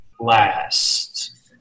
last